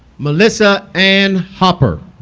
melissa ann hopper